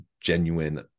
genuine